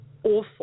awful